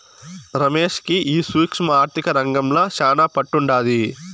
రమేష్ కి ఈ సూక్ష్మ ఆర్థిక రంగంల శానా పట్టుండాది